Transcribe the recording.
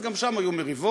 אז גם שם היו מריבות,